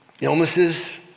illnesses